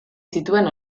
zituen